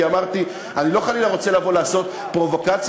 כי אמרתי שאני חלילה לא רוצה לבוא לעשות פרובוקציה,